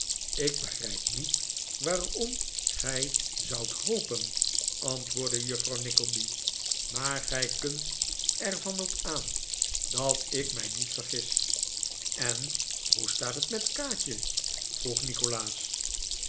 ik begrijp niet waarom gij dat zoudt hopen antwoordde juffrouw nickleby maar gij kunt er van op aan dat ik mij niet vergis en hoe staat het met kaatje vroeg nikolaas